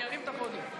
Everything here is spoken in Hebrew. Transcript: ארים את הפודיום.